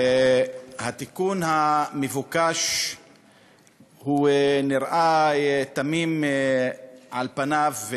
התיקון המבוקש נראה תמים על פניו,